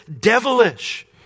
devilish